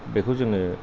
बेखौ जोङो